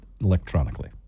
electronically